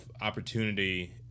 opportunity